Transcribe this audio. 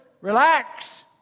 relax